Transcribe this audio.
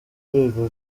rwego